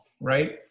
right